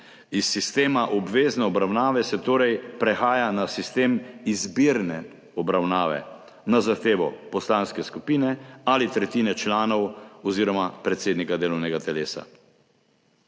Iz sistema obvezne obravnave se torej prehaja na sistem izbirne obravnave na zahtevo poslanske skupine ali tretjine članov oziroma predsednika delovnega telesa.